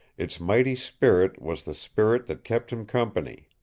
its mighty spirit was the spirit that kept him company.